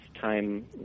time